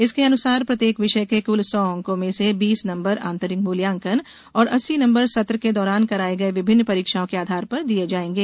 इसके अनुसार प्रत्येक विषय के क्ल सौ अंकों में से बीस नंबर आंतरिक मूल्यांकन और अस्सी नंबर सत्र के दौरान कराये गये विभिन्न परीक्षाओं के आधार पर दिये जायेंगे